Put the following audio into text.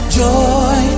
joy